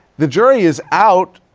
the jury is out.